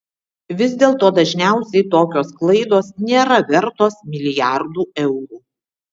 vis dėlto dažniausiai tokios klaidos nėra vertos milijardų eurų